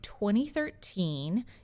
2013